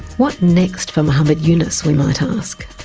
what next for muhummad yunus, we might ask.